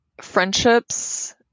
friendships